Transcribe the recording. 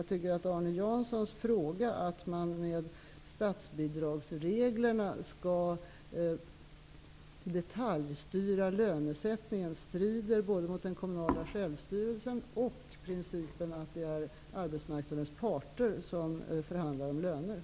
Jag menar att Arne Janssons tanke att man med statsbidragsreglerna skall detaljstyra lönesättningen strider både mot den kommunala självstyrelsen och mot principen att det är arbetsmarknadens parter som förhandlar om lönerna.